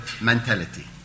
mentality